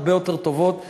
הרבה יותר טובות,